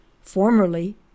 formerly